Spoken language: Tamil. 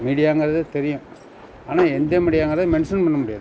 மீடியாங்கிறது தெரியும் ஆனால் எந்த மீடியாங்கிறது மென்ஷன் பண்ண முடியாது